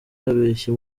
abeshya